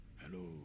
Hello